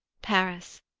paris,